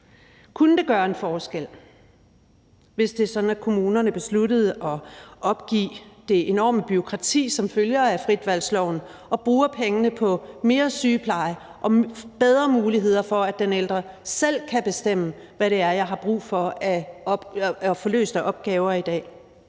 Kunne det gøre en forskel, hvis det var sådan, at kommunerne besluttede at opgive det enorme bureaukrati, som følger af fritvalgsloven, og bruge pengene på mere sygepleje og bedre muligheder for, at den ældre selv kan bestemme, hvad det er, vedkommende har brug for at få løst af opgaver i dag?